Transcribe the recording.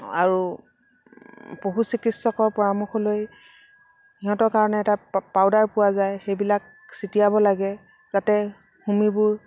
আৰু পশু চিকিৎসকৰ পৰামৰ্শ লৈ সিহঁতৰ কাৰণে এটা পাউদাৰ পোৱা যায় সেইবিলাক ছঁটিয়াব লাগে যাতে সুমিবোৰ